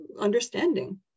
understanding